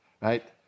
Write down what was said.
right